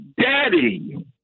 daddy